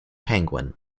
penguin